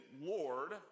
Lord